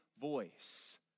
voice